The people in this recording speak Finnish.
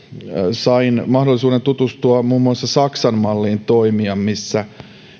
sain mahdollisuuden tutustua muun muassa saksan malliin toimia missä